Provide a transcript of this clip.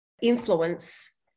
influence